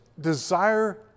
desire